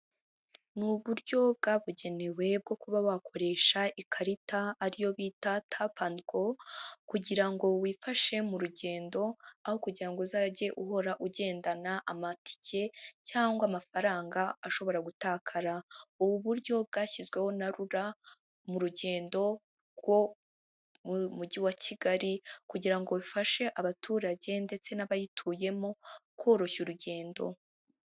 Ni uburyo bwabugenewe bwo kuba bakoresha ikarita, ariyo bita tap and go, kugira ngo wifashe mu rugendo aho kugira ngo uzajye uhora ugendana amatike cyangwa amafaranga ashobora gutakara, ubu buryo bwashyizweho na RURA mu rugendo rwo mu mugi wa Kigali kugira ngo bifashe abaturage ndetse n'abayituyemo koroshya urugendo.